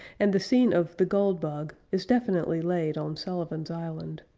and the scene of the goldbug is definitely laid on sullivan's island.